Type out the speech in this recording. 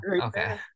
okay